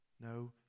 No